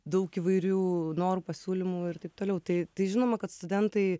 daug įvairių norų pasiūlymų ir taip toliau tai žinoma kad studentai